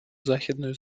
західної